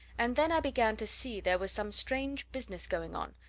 and then i began to see there was some strange business going on,